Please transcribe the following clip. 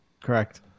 correct